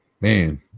Man